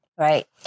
Right